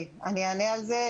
אענה על זה,